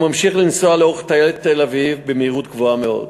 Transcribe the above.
הוא ממשיך לנסוע לאורך טיילת תל-אביב במהירות גבוהה מאוד,